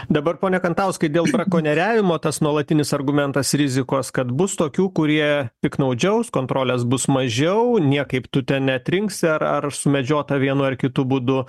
dabar pone kantauskai dėl brakonieriavimo tas nuolatinis argumentas rizikos kad bus tokių kurie piktnaudžiaus kontrolės bus mažiau niekaip tu ten neatrinksi ar ar sumedžiota vienu ar kitu būdu